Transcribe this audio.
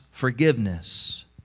forgiveness